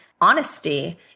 honesty